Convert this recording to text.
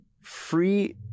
free